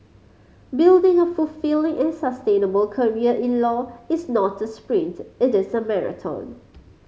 building a fulfilling and sustainable career in law is not a sprint it is a marathon